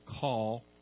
call